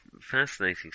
Fascinating